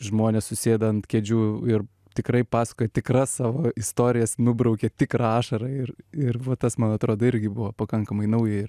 žmonės susėda ant kėdžių ir tikrai pasakoja tikras savo istorijas nubraukia tikrą ašarą ir ir va tas man atrodo irgi buvo pakankamai nauja ir